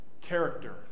character